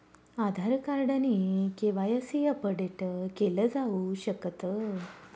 आधार card ने KYC update केल जाऊ शकत